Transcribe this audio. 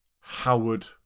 Howard